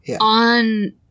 on